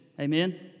Amen